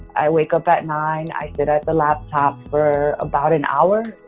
i wake up at nine. i sit at the laptop for about an hour.